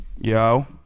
Yo